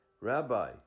Rabbi